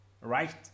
right